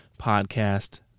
podcast